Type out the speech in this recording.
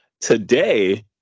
Today